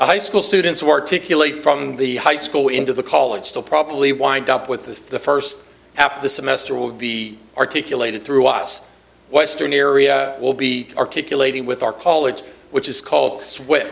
s high school students who articulate from the high school into the college still probably wind up with the first half of the semester will be articulated through us western area will be articulating with our college which is called sw